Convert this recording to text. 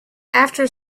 after